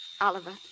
Oliver